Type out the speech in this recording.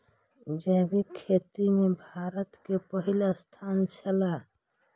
जैविक खेती में भारत के पहिल स्थान छला